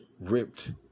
ripped